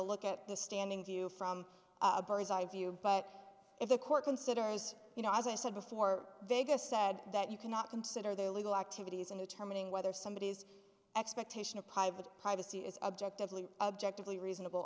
look at the standing view from a bird's eye view but if the court considers you know as i said before vegas said that you cannot consider their legal activities in determining whether somebody is expectation of private privacy is objectively objectively reasonable